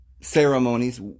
ceremonies